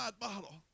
bottle